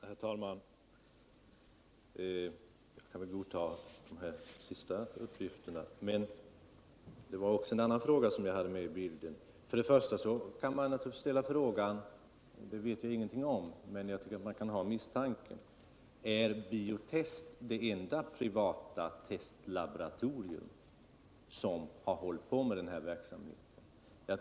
Herr talman! Jag kan väl godta de senaste uppgifterna jordbruksministern lämnade. Men det finns också en annan fråga med i bilden. Jag vet inte hur det förhåller sig, men jag tycker att man kan misstänka att Bio-Test inte är det enda privata testlaboratorium som har hållit på med den här verksamheten.